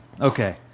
Okay